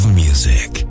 music